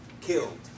killed